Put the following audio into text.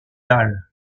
dalle